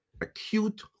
acute